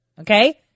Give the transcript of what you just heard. okay